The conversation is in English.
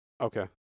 Okay